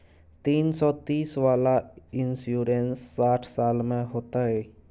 तीन सौ तीस वाला इन्सुरेंस साठ साल में होतै?